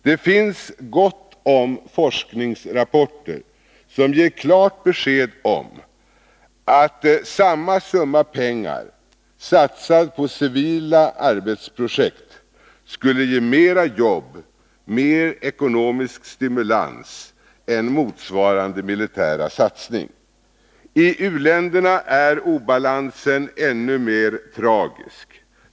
Det finns gott om forskningsrapporter som ger klart besked om att samma summa pengar satsad på civila arbetsprojekt skulle ge mer jobb, mer ekonomisk stimulans än motsvarande militära satsning. T u-länderna är obalansen ännu mer tragisk.